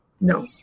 No